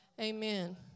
Amen